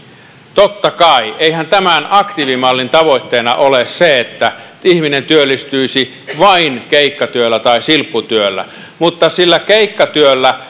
totta kai eihän tämän aktiivimallin tavoitteena ole se että ihminen työllistyisi vain keikkatyöllä tai silpputyöllä mutta sillä keikkatyöllä